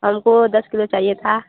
हमको दस किलो चाहिए था